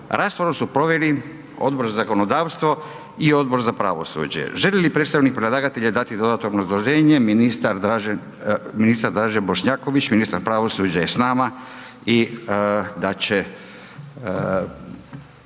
Raspravu su proveli Odbor za zakonodavstvo i Odbor za pravosuđe. Želi li predstavnik predlagatelja dati dodatno obrazloženje? Ministar Dražen, ministar Dražen Bošnjaković, ministar pravosuđa je s nama i dat će